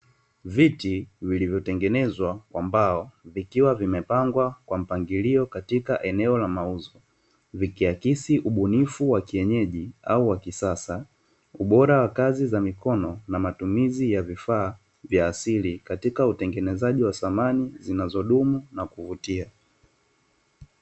Viti vilivyotengenezwa kwa mbao, vikiwa vimepangwa kwa mpangilio katika eneo la mauzo. Vikiakisi ubunifu wa kienyeji au wa kisasa, ubora wa kazi za mikono na matumizi ya vifaa vya asili katika utengenezaji wa samani zinazodumu na kuvutia.